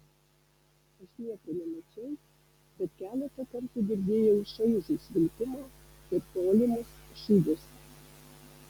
aš nieko nemačiau bet keletą kartų girdėjau šaižų švilpimą ir tolimus šūvius